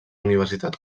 universitat